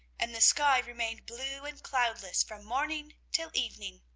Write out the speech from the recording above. and the sky remained blue and cloudless from morning till evening.